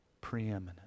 preeminent